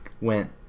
went